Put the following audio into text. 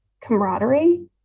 camaraderie